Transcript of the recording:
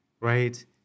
right